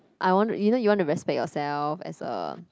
I want you know you want to respect yourself as a